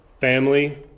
family